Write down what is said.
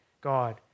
God